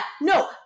no